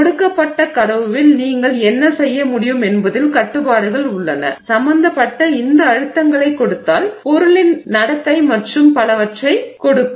கொடுக்கப்பட்ட கடவுவில் நீங்கள் என்ன செய்ய முடியும் என்பதில் கட்டுப்பாடுகள் உள்ளன சம்பந்தப்பட்ட இந்த அழுத்தங்களைக் கொடுத்தால் பொருளின் நடத்தை மற்றும் பலவற்றைக் கொடுக்கும்